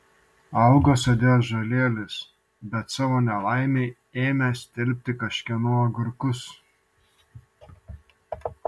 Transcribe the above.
augo sode ąžuolėlis bet savo nelaimei ėmė stelbti kažkieno agurkus